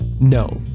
no